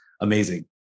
amazing